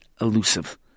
elusive